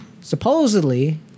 supposedly